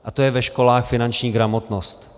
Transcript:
A to je ve školách finanční gramotnost.